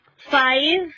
five